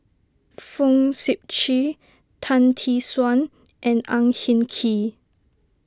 Fong Sip Chee Tan Tee Suan and Ang Hin Kee